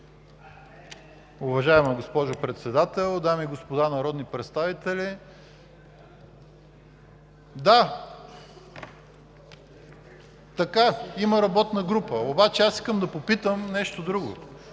Уважаема госпожо Председател, дами и господа народни представители! Да, така е, има работна група, обаче аз искам да попитам нещо друго: